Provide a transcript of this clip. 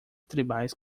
tribais